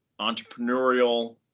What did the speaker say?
entrepreneurial